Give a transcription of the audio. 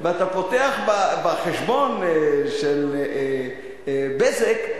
ואתה פותח בחשבון של "בזק",